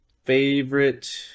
Favorite